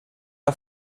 har